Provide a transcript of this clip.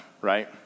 right